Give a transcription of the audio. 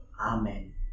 Amen